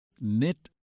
knit